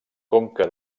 conca